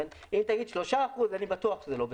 אם תגיד 3% אני בטוח שזה לא בסדר.